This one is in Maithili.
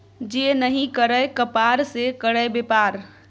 जे नहि करय कपाड़ से करय बेपार